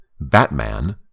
Batman